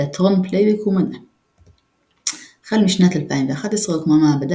תיאטרון פלייבק ומדע החל משנת 2011 הוקמה מעבדה